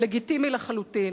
לגיטימי לחלוטין,